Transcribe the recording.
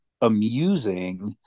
amusing